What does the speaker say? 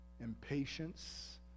Impatience